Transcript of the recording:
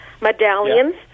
medallions